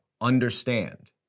understand